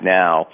now